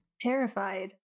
Terrified